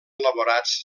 elaborats